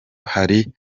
hari